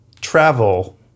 travel